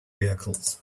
vehicles